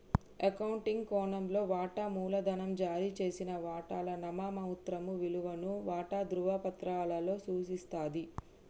accounting కోణంలో, వాటా మూలధనం జారీ చేసిన వాటాల నామమాత్రపు విలువను వాటా ధృవపత్రాలలో సూచిస్తది